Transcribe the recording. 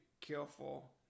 careful